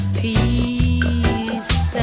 peace